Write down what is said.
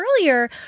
earlier